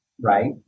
right